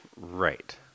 Right